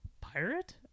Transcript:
pirate